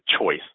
choice